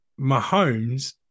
Mahomes